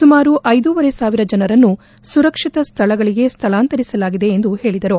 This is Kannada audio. ಸುಮಾರು ಐದೂವರೆ ಸಾವಿರ ಜನರನ್ನು ಸುರಕ್ಷಿತ ಸ್ವಳಗಳಗೆ ಸ್ವಳಾಂತರಿಸಲಾಗಿದೆ ಎಂದು ಹೇಳಿದರು